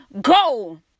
go